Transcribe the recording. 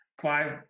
five